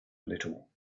little